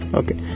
okay